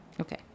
Okay